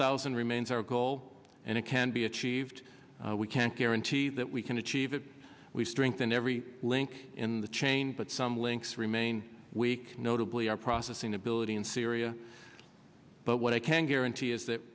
thousand remains our goal and it can be achieved we can't guarantee that we can achieve it we've strengthened every link in the chain but some links remain weak notably our processing ability in syria but what i can guarantee is that